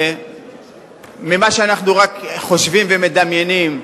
ממה שאנחנו רק חושבים ומדמיינים,